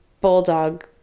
bulldog